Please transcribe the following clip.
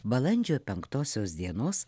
balandžio penktosios dienos